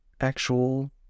actual